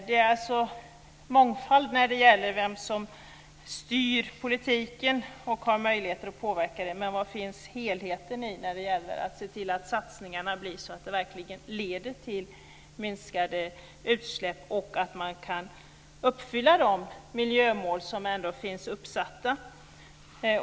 Det är alltså mångfald när det gäller vem som styr politiken och har möjligheter att påverka, men var finns helheten när det gäller att se till att satsningarna verkligen leder till minskade utsläpp och att man kan uppfylla de miljömål som ändå finns uppsatta?